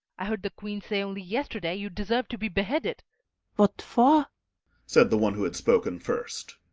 i heard the queen say only yesterday you deserved to be beheaded what for said the one who had spoken first.